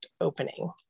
opening